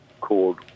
called